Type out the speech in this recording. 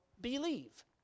believe